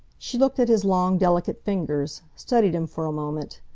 she looked at his long, delicate fingers studied him for a moment.